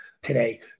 today